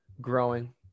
growing